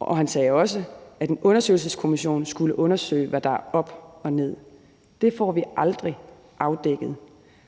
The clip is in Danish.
og han sagde også, at en undersøgelseskommission skulle undersøge, hvad der var op og ned. Det får vi aldrig afdækket,